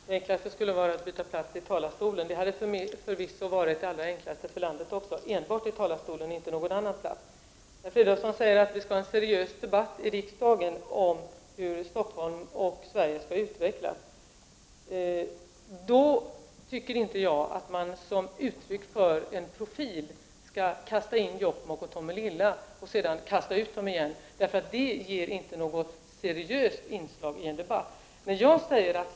Herr talman! Det enklaste hade varit att byta plats i talarstolen. Det hade förvisso varit det allra enklaste för landet. Dvs. endast i talarstolen och inte på någon annan plats. Herr Fridolfsson säger att vi skall ha en seriös debatt i riksdagen om hur Stockholm och Sverige skall utvecklas. Då tycker jag inte att man som uttryck för en profil skall kasta in Jokkmok och Tomelilla och sedan kasta ut dem igen. Det är inte något seriöst inslag i en debatt.